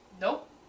Nope